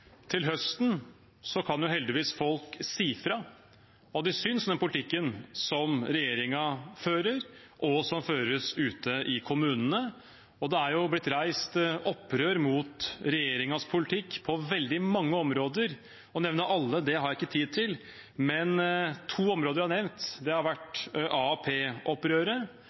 til høsten kan heldigvis folk si fra om hva de synes om den politikken regjeringen fører, og som føres ute i kommunene. Det er blitt reist opprør mot regjeringens politikk på veldig mange områder. Å nevne alle har jeg ikke tid til, men to områder vil jeg nevne. Det